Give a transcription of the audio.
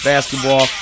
Basketball